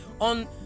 on